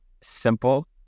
simple